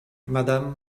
madame